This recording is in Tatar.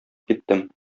киттем